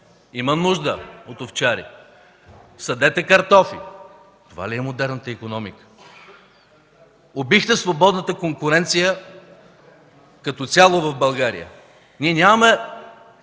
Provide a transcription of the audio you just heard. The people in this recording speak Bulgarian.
Има нужда от овчари. Садете картофи.” Това ли е модерната икономика? Убихте свободната конкуренция като цяло в България. Ние нямаме